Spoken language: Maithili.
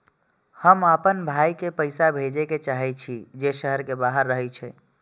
हम आपन भाई के पैसा भेजे के चाहि छी जे शहर के बाहर रहे छै